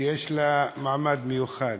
שיש לה מעמד מיוחד.